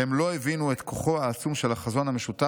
הן לא הבינו את כוחו העצום של החזון המשותף,